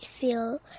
feel